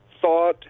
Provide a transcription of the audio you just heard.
thought